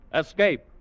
Escape